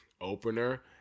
opener